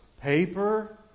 paper